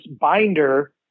binder